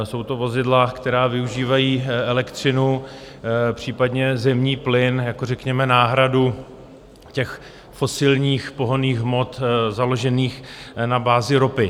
Jsou to vozidla, která využívají elektřinu, případně zemní plyn jako řekněme náhradu fosilních pohonných hmot založených na bázi ropy.